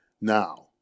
now